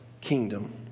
kingdom